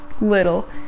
little